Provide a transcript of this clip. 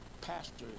pastors